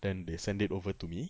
then they send it over to me